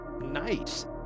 nice